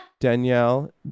Danielle